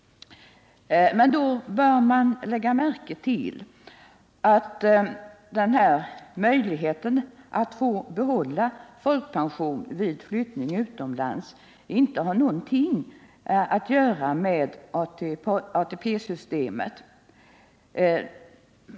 Här bör man emellertid lägga märke till att möjligheten att få behålla folkpension vid flyttning utomlands inte har någonting att göra med ATP systemet.